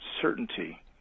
certainty